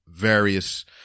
various